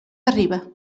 arriba